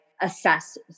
assess